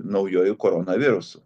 naujuoju koronavirusu